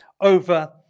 over